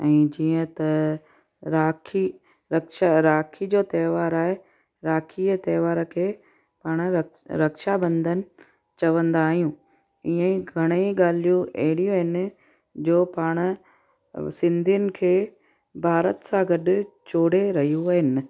ऐं जीअं त राखी रक्षा राखी जो त्योहार आहे राखी जे त्योहार खे पाण रक रक्षाबंधन चवंदा आहियूं ईअंई घणेई ॻाल्हियूं अहिड़ियूं आहिनि जो पाण अ सिंधीयुनि खे भारत सां गॾु जोड़े रहियूं आहिनि